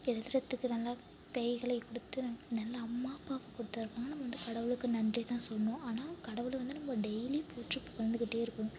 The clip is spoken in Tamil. எழுதுகிறத்துக்கு நல்ல கைகளை கொடுத்து நல்ல அம்மா அப்பாவை கொடுத்துருக்காங்க நம்ம வந்து கடவுளுக்கு நன்றி தான் சொல்லணும் ஆனால் கடவுளை வந்து நம்ம டெய்லியும் போற்றி புகழ்ந்துகிட்டேருக்கோம்